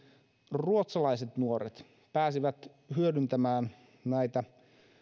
ruotsalaiset nuoret pääsivät hyödyntämään näitä